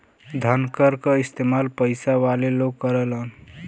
धनकर क इस्तेमाल पइसा वाले लोग करेलन